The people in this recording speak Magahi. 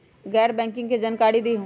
गैर बैंकिंग के जानकारी दिहूँ?